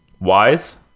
Wise